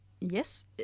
yes